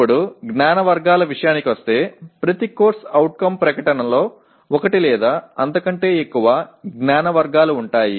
ఇప్పుడు జ్ఞాన వర్గాల విషయానికి వస్తే ప్రతి CO ప్రకటనలో ఒకటి లేదా అంతకంటే ఎక్కువ జ్ఞాన వర్గాలు ఉంటాయి